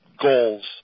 goals